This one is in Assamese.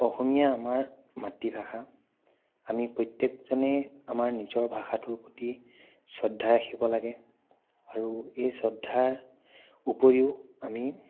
অসমীয়া আমাৰ মাতৃভাষা আমি প্ৰত্যেকজনেই আমাৰ নিজৰ ভাষাটোৰ প্ৰতি শ্ৰদ্ধা ৰাখিব লাগে আৰু এই শ্ৰদ্ধাৰ উপৰিও আমি